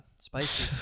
Spicy